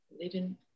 living